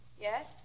Yes